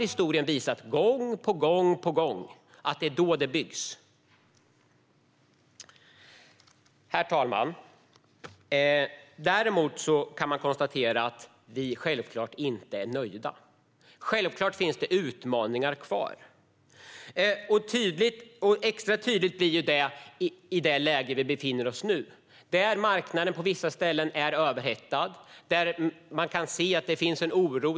Historien har visat gång på gång att det är då det byggs. Herr talman! Däremot kan man konstatera att vi inte är nöjda. Självklart finns det utmaningar kvar. Extra tydligt blir detta i det läge som vi befinner oss i nu. Marknaden är på vissa ställen överhettad. Man kan se att det finns en oro.